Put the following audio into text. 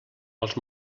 els